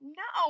no